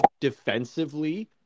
defensively